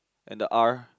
and the R